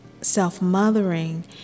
self-mothering